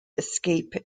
escape